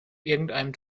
irgendeinem